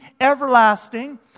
everlasting